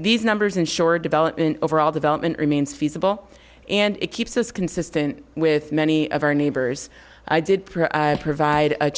these numbers and shore development overall development remains feasible and it keeps us consistent with many of our neighbors i did provide a